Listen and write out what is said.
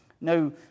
No